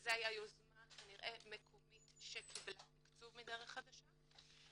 זאת הייתה יוזמה מקומית שקיבלה תקצוב מדרך חדשה.